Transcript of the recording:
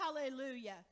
Hallelujah